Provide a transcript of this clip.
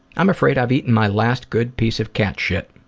i'm afraid i've eaten my last good piece of cat shit.